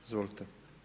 Izvolite.